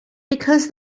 because